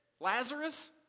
Lazarus